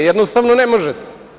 Jednostavno ne možete.